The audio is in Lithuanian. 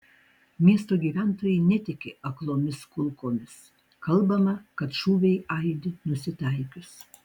miesto gyventojai netiki aklomis kulkomis kalbama kad šūviai aidi nusitaikius